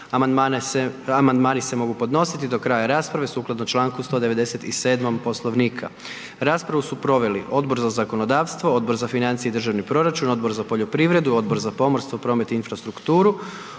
Amandmani se mogu podnositi do kraja rasprave sukladno čl. 197. Poslovnika. Raspravu su proveli Odbor za zakonodavstvo, Odbor za financije i državni proračun, Odbor za poljoprivredu, Odbor za pomorstvo, promet i infrastrukturu,